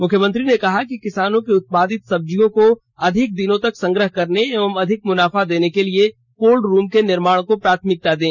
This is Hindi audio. मुख्यमंत्री ने कहा कि किसानों के उत्पादित सब्जियों को अधिक दिनों तक संग्रह करने एवं अधिक मुनाफा देने के लिए कोल्ड रूम के निर्माण को प्राथमिकता दें